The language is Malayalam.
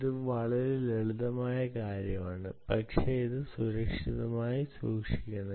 ഇത് ഏറ്റവും ലളിതമായ കാര്യമാണ് പക്ഷേ അത് സുരക്ഷിതമായി സൂക്ഷിക്കണം